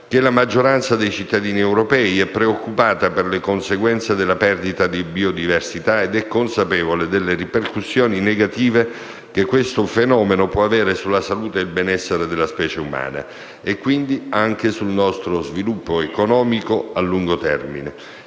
che la maggioranza dei cittadini europei è preoccupata per le conseguenze della perdita di biodiversità ed è consapevole delle ripercussioni negative che questo fenomeno può avere sulla salute e il benessere della specie umana e, quindi, anche sul nostro sviluppo economico a lungo termine.